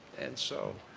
and, so,